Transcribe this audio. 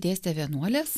dėstė vienuolės